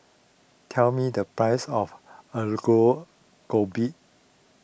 tell me the price of Aloo Gobi